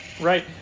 right